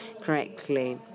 correctly